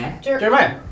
Jeremiah